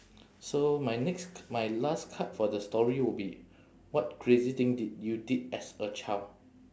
so my next c~ my last card for the story would be what crazy thing did you did as a child